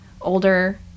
older